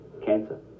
Cancer